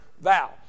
vow